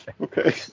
Okay